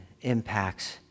impacts